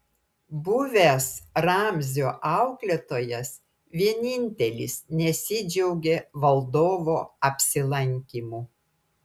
buvęs ramzio auklėtojas vienintelis nesidžiaugė valdovo apsilankymu